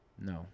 No